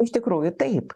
iš tikrųjų taip